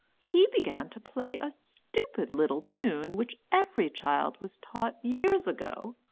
he began to play a stupid little tune which every child was taught years ago,